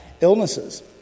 illnesses